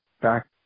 back